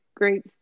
great